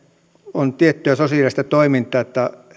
on tiettyä sosiaalista toimintaa että